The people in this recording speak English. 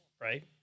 right